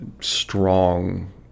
strong